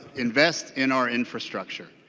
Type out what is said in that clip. invest in our infrastructure.